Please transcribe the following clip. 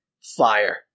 fire